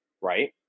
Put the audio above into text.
Right